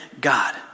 God